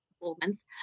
performance